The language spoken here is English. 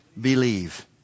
Believe